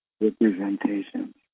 representations